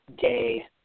day